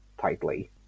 tightly